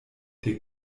der